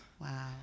Wow